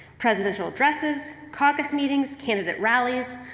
presidential addresses, caucus meetings, candidate rallies.